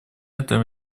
этом